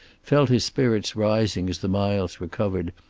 felt his spirits rising as the miles were covered,